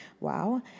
Wow